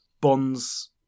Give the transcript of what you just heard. Bond's